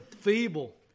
feeble